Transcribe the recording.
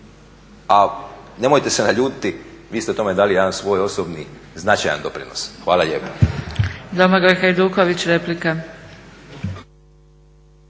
A nemojte se naljutiti vi ste tome dali jedan svoj osobni značajan doprinos. Hvala lijepo.